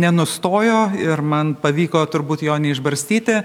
nenustojo ir man pavyko turbūt jo neišbarstyti